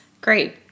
great